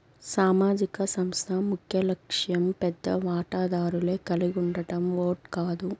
సామాజిక సంస్థ ముఖ్యలక్ష్యం పెద్ద వాటాదారులే కలిగుండడం ఓట్ కాదు